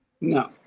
No